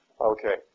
Okay